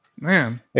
Man